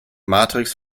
matrix